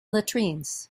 latrines